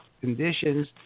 conditions